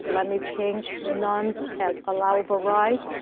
let me change none at allowoverride.